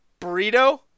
Burrito